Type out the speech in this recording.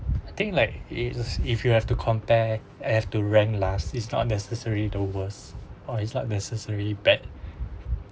think like is if you have to compare I have to rank last is not necessarily dover's or it's not necessarily bad